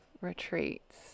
retreats